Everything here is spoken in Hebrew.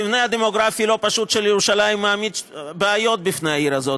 המבנה הדמוגרפי הלא-פשוט של ירושלים מעמיד בעיות בפני העיר הזאת,